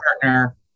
partner